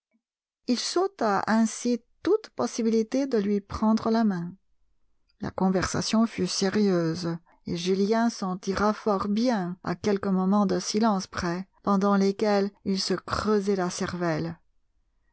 il s'ôta ainsi toute possibilité de lui prendre la main la conversation fut sérieuse et julien s'en tira fort bien à quelques moments de silence près pendant lesquels il se creusait la cervelle